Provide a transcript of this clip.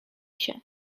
się